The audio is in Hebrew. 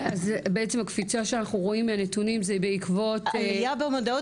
אז בעצם הקפיצה שאנחנו רואים מהנתונים זה בעקבות --- עלייה במודעות,